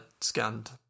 scanned